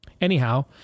Anyhow